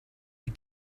you